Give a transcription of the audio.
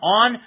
on